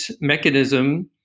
mechanism